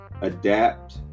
adapt